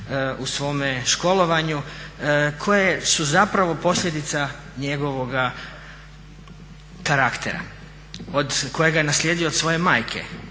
u svome školovanju koje su posljedica njegovoga karaktera kojega je naslijedio od svoje majke